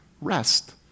rest